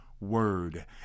word